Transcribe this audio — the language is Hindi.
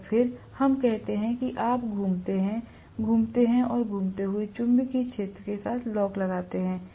और फिर हम कहते हैं कि आप घूमते हैं घूमते हैं और घूमते हुए चुंबकीय क्षेत्र के साथ लॉक लगाते हैं